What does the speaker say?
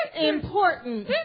important